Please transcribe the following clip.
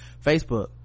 Facebook